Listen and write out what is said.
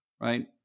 right